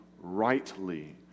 rightly